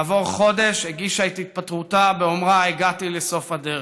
כעבור חודש הגישה את התפטרותה באומרה: "הגעתי לסוף הדרך".